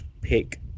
pick